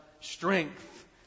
strength